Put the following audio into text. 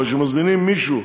אבל כשמזמינים מישהו